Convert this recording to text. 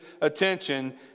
attention